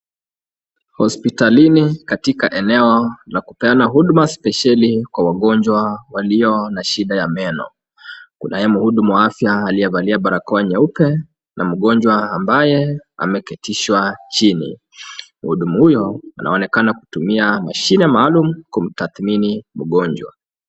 Hospitalini katika eneo la kupeana huduma spesheli Kwa wagonjwa walio na shida ya meno, kunaye mhudumu wa afya aliyevalia barakoa nyeupe na mgonjwa ambaye ameketishwa chini, mhudumu huyo anaonekana kutumia mashine maalum kumtathmini mgonjwa.